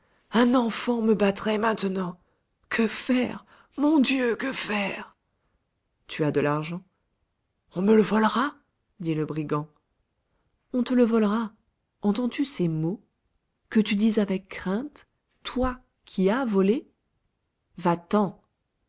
un enfant me battrait maintenant que faire mon dieu que faire tu as de l'argent on me le volera dit le brigand on te le volera entends-tu ces mots que tu dis avec crainte toi qui as volé va-t'en